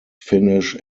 finnish